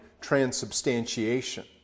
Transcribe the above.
transubstantiation